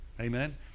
Amen